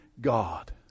God